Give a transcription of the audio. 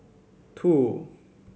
two